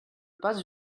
pas